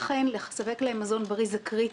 לכן לספק להם מזון בריא זה קריטי.